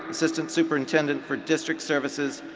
assistant superintendent for district services.